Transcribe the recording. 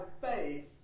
faith